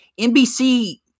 NBC